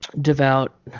devout